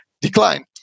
decline